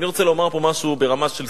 ואני רוצה לומר פה משהו של סקופ,